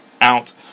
out